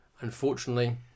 unfortunately